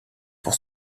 pour